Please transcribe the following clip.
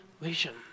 vision